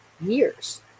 years